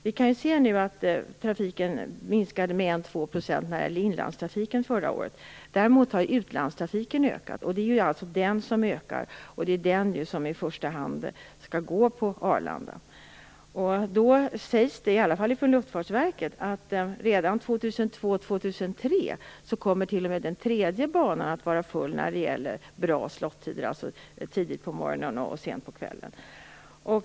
Vi kan se att inlandstrafiken minskade med 1-2 % förra året. Däremot har utlandstrafiken ökat. Det är den som i första hand skall gå på Arlanda. Luftfartsverket säger att den tredje banan kommer att vara full redan år 2002 eller 2003 när det gäller bra s.k. slottider, dvs. tidigt på morgonen och sent på kvällen.